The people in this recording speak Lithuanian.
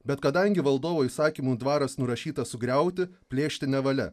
bet kadangi valdovo įsakymu dvaras nurašytas sugriauti plėšti nevalia